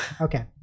Okay